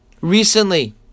Recently